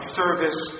service